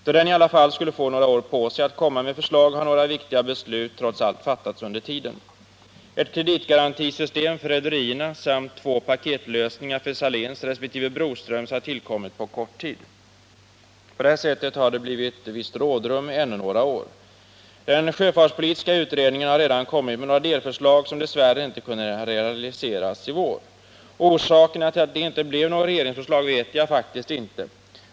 Då den i alla fall skulle få några år på sig att komma med förslag har några viktiga beslut fattats under tiden. Ett kreditgarantisystem för rederierna samt två paketlösningar för Saléns resp. Broströms har tillkommit på kort tid. På detta sätt har det blivit visst rådrum ännu några år. Den sjöfartspolitiska 175 utredningen har redan kommit med några delförslag, som dess värre inte kunde realiseras i vår. Orsakerna till att det inte blev något regeringsförslag vet jag faktiskt inte.